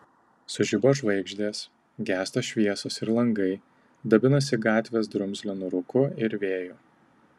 sužibo žvaigždės gęsta šviesos ir langai dabinasi gatvės drumzlinu rūku ir vėju